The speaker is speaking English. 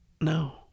no